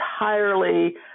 entirely